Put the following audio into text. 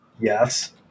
Yes